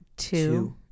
Two